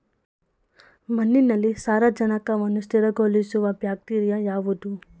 ಮಣ್ಣಿನಲ್ಲಿ ಸಾರಜನಕವನ್ನು ಸ್ಥಿರಗೊಳಿಸುವ ಬ್ಯಾಕ್ಟೀರಿಯಾ ಯಾವುದು?